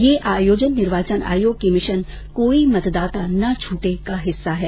ये आयोजन निर्वाचन आयोग के मिशन कोई मतदाता न छूटे का हिस्सा है